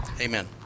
Amen